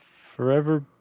forever